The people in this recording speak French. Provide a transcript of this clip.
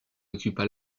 occupait